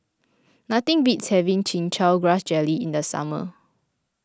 nothing beats having Chin Chow Grass Jelly in the summer